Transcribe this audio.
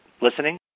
listening